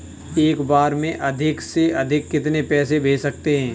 एक बार में अधिक से अधिक कितने पैसे भेज सकते हैं?